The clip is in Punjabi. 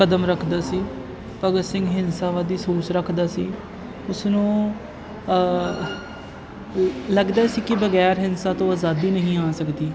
ਕਦਮ ਰੱਖਦਾ ਸੀ ਭਗਤ ਸਿੰਘ ਹਿੰਸਾਵਾਦੀ ਸੋਚ ਰੱਖਦਾ ਸੀ ਉਸਨੂੰ ਲੱਗਦਾ ਸੀ ਕਿ ਬਗੈਰਾ ਹਿੰਸਾ ਤੋਂ ਆਜ਼ਾਦੀ ਨਹੀਂ ਆ ਸਕਦੀ